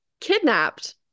kidnapped